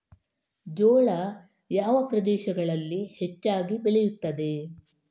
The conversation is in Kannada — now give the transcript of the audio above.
ಜೋಳ ಯಾವ ಪ್ರದೇಶಗಳಲ್ಲಿ ಹೆಚ್ಚಾಗಿ ಬೆಳೆಯುತ್ತದೆ?